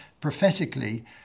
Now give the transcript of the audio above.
prophetically